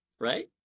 Right